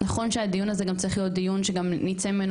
נכון שהדיון הזה גם צריך להיות דיון שנצא ממנו